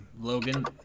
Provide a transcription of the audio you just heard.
Logan